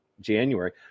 January